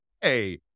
hey